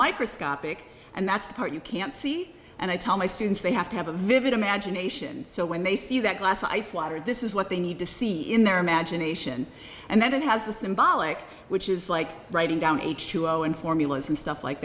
microscopic and that's the part you can't see and i tell my students they have to have a vivid imagination so when they see that glass ice water this is what they need to see in their imagination and then it has the symbolic which is like writing down h u o in formulas and stuff like